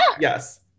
yes